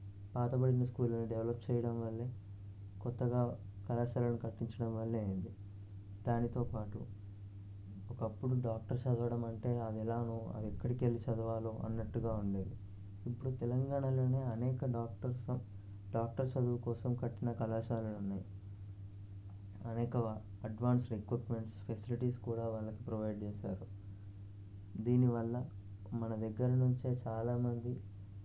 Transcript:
పాతబడిన స్కూళ్ళని డెవలప్ చేయడం వల్లే కొత్తగా కళాశాలను కట్టించడం వల్లే అయింది దానితోపాటు ఒకప్పుడు డాక్టర్ చదవడం అంటే అది ఎలానో అది ఎక్కడికి వెళ్ళి చదవాలో అన్నట్టుగా ఉండేది ఇప్పుడు తెలంగాణలోనే అనేక డాక్టర్స్ డాక్టర్ చదువు కోసం కట్టిన కళాశాలలు ఉన్నాయి అనేక అడ్వాన్స్ రిక్రూట్మెంట్స్ ఫెసిలిటీస్ కూడా వాళ్ళకి ప్రొవైడ్ చేసారు దీనివల్ల మన దగ్గర నుంచే చాలా మంది